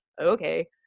okay